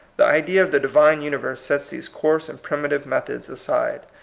the idea of the divine universe sets these coarse and prim itive methods aside,